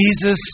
Jesus